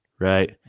Right